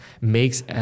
makes